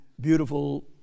beautiful